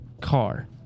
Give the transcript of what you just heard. Car